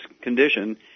condition